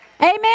Amen